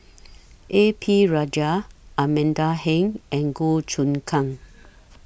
A P Rajah Amanda Heng and Goh Choon Kang